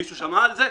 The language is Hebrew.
מישהו שמע על זה?